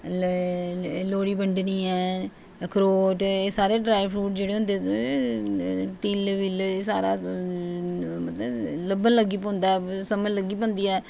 लोह्ड़ी बंडनी ऐ अखरोट एह् सारे ड्राई फ्रूट जेह्ड़े होंदे तिल बिल एह् सारा मतलब लब्भन लगी पौंदा ऐ